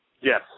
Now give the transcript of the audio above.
Yes